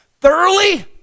thoroughly